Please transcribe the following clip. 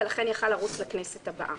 ולכן היה יכול לרוץ לכנסת הבאה.